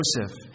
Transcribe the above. Joseph